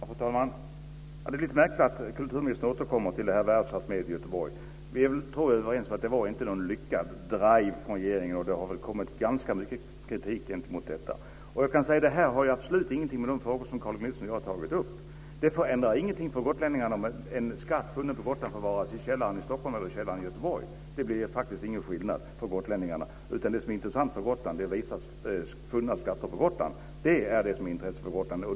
Fru talman! Det är lite märkligt att kulturministern återkommer till det här världsarvsmuseet i Göteborg. Jag tror att vi är överens om att det inte var någon lyckad drive från regeringen. Det har väl kommit ganska mycket kritik gentemot detta. Detta har absolut ingenting att göra med de frågor som Carl G Nilsson och jag har tagit upp. Det förändrar ingenting för gotlänningarna om en skatt funnen på Gotland förvaras i källaren i Stockholm eller i källaren i Göteborg. Det blir faktiskt ingen skillnad för gotlänningarna. Det som är intressant för Gotland är att visa funna skatter på Gotland, och det är det interpellationen handlar om.